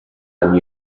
and